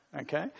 okay